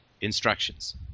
instructions